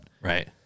right